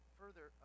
further